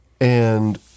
And-